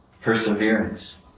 perseverance